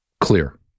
clear